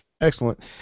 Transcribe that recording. Excellent